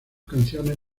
canciones